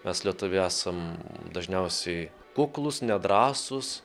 mes lietuviai esam dažniausiai kuklūs nedrąsūs